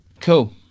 Cool